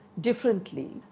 differently